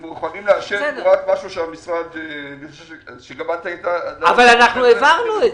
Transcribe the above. הם מחויבים לאשר --- אבל אנחנו העברנו את זה.